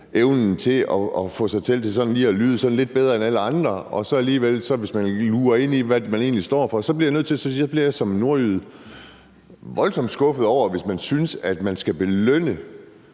evnen til at få sig selv til sådan lige at lyde lidt bedre end alle andre, og hvis man så alligevel luger ud i, hvad man egentlig står for, bliver jeg nødt til at sige, at så bliver jeg som nordjyde voldsomt skuffet over det, hvis man synes, at man skal belønne